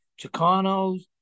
Chicanos